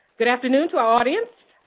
good afternoon to our audience,